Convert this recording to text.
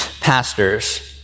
pastors